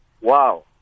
wow